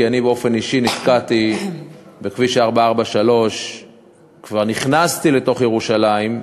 כי אני באופן אישי נתקעתי בכביש 443. כבר נכנסתי לתוך ירושלים,